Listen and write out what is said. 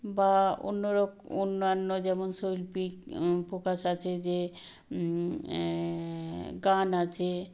বা অন্যান্য যেমন শৈল্পিক ফোকাস আছে যে গান আছে